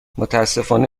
متأسفانه